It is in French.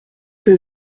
que